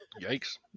yikes